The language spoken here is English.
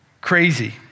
crazy